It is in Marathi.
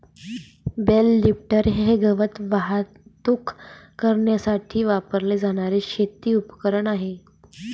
बेल लिफ्टर हे गवत वाहतूक करण्यासाठी वापरले जाणारे शेती उपकरण आहे